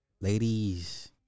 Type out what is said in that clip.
ladies